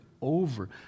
over